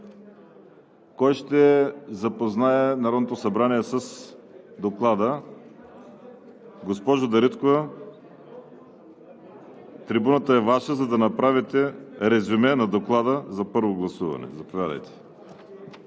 Кой ще запознае Народното събрание с Доклада? Госпожо Дариткова, трибуната е Ваша, за да направите резюме на Доклада за първо гласуване. ДОКЛАДЧИК